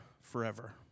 forever